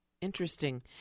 Interesting